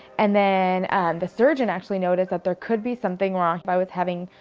and then the surgeon actually noticed that there could be something wrong. i was having,